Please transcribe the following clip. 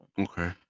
Okay